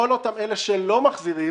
כל אותם אלה שלא מחזירים